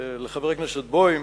חבר הכנסת זאב בוים